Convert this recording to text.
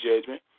judgment